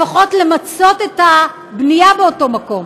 לפחות למצות את הבנייה באותו מקום.